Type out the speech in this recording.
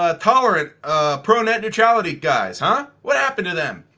ah tolerant pro-net neutrality guys huh? what happened to them?